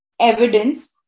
Evidence